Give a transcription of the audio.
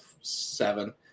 seven